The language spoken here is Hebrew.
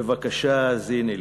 בבקשה האזיני לי.